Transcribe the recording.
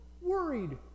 worried